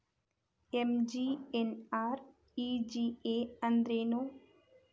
MGNREGA ಅಂದ್ರೆ ಏನು?